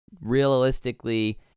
realistically